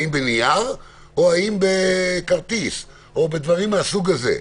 האם בנייר או האם בכרטיס או בדברים מהסוג הזה.